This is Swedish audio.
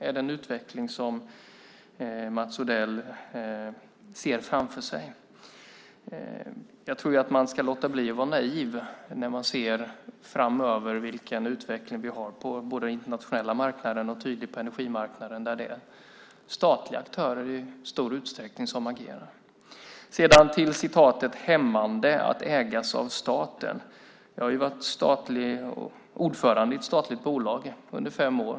Är det en utveckling som Mats Odell ser framför sig? Jag tror att man ska låta bli att vara naiv när man ser framöver vilken utveckling vi har på den internationella marknaden och tydligt på energimarknaden där det är statliga aktörer i stor utsträckning som agerar. När det gäller att det är hämmande att ägas av staten har jag varit ordförande i ett statligt bolag under fem år.